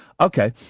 Okay